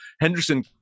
Henderson